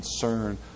concern